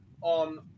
on